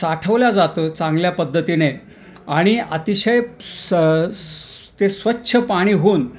साठवल्या जातं चांगल्या पद्धतीने आणि अतिशय स ते स्वच्छ पाणी होऊन